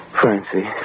Francie